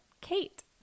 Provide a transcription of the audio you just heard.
Kate